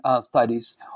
studies